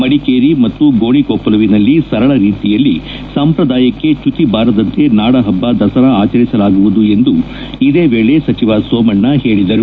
ಮಡಿಕೇರಿ ಮತ್ತು ಗೋಣಿಕೊಪ್ಪಲುವಿನಲ್ಲಿ ಸರಳ ರೀತಿಯಲ್ಲಿ ಸಂಪ್ರದಾಯಕ್ಕೆ ಚ್ಯುತಿಬಾರದಂತೆ ನಾಡಹಬ್ಬ ದಸರಾ ಆಚರಿಸಲಾಗುವುದು ಎಂದು ಇದೇ ವೇಳೆ ಸಚಿವ ಸೋಮಣ್ಣ ಹೇಳಿದರು